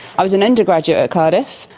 i was an undergraduate at cardiff.